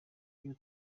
ibyo